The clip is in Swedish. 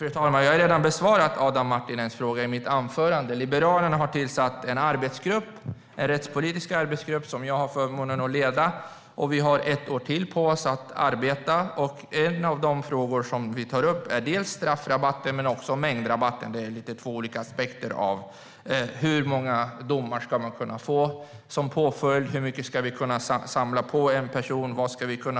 Fru talman! Jag har redan besvarat Adam Marttinens fråga i mitt anförande. Liberalerna har tillsatt en rättspolitisk arbetsgrupp, som jag har förmånen att leda. Vi har ett år till på oss att arbeta, och en av de frågor vi tar upp är straffrabatter och mängdrabatter. Det är två olika aspekter på hur många domar man kan få som påföljd, hur mycket vi kan samla på en person och vad vi kan ta bort.